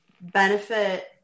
benefit